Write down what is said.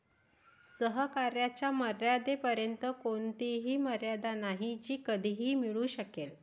सहकार्याच्या मर्यादेपर्यंत कोणतीही मर्यादा नाही जी कधीही मिळू शकेल